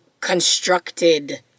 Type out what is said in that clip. constructed